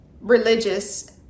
religious